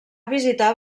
visitar